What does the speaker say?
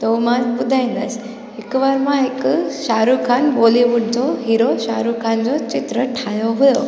त उओ मां ॿुधाईंदसि हिकु बार मां हिकु शाहरुख़ ख़ान बॉलिवुड जो हीरो शाहरुख खान जो चित्र ठाहियो हुओ